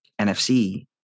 NFC